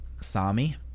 Sami